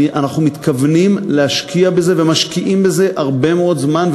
אנחנו מתכוונים להשקיע בזה ומשקיעים הרבה מאוד זמן,